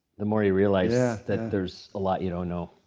the more you realize yeah that there's a lot you don't know.